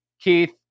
Keith